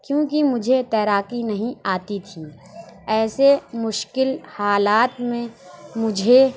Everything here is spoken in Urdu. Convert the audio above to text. کیوں کہ مجھے تیراکی نہیں آتی تھی ایسے مشکل حالات میں مجھے